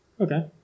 Okay